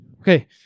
Okay